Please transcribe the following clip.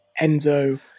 enzo